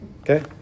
okay